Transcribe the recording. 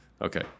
Okay